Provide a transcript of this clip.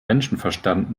menschenverstand